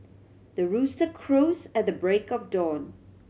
the rooster crows at the break of dawn